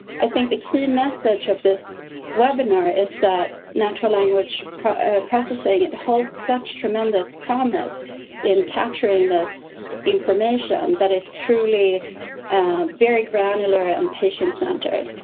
i think the key message of this webinar is that natural language processing, it holds such tremendous promise in capturing this information that is truly very granular and ah um patient centered.